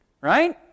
right